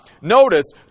Notice